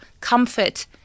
comfort